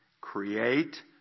Create